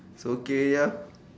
so gay ah